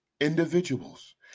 Individuals